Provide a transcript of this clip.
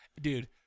Dude